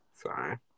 sorry